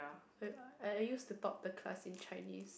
I I used to talk the class in Chinese